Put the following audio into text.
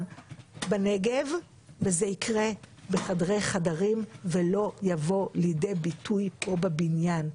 בנגב וזה יקרה בחדרי חדרים ולא יבוא לידי ביטוי פה בבניין.